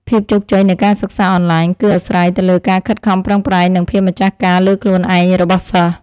ភាពជោគជ័យនៃការសិក្សាអនឡាញ គឺអាស្រ័យទៅលើការខិតខំប្រឹងប្រែងនិងភាពម្ចាស់ការលើខ្លួនឯងរបស់សិស្ស។